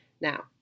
Now